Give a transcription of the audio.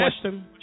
question